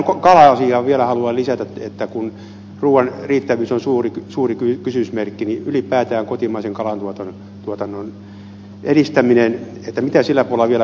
tähän kala asiaan vielä haluan lisätä että kun ruuan riittävyys on suuri kysymysmerkki niin mitä ylipäätään kotimaisen kalatuotannon edistämisen puolella vielä voitaisiin tehdä